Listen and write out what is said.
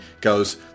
goes